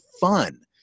fun